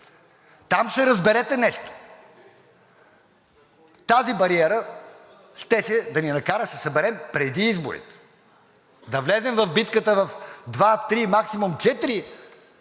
там ще се разберете нещо. Тази бариера щеше да ни накара да се съберем преди изборите и да влезем в битката с два, три или максимум четири